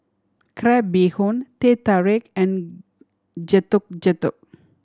crab bee hoon Teh Tarik and Getuk Getuk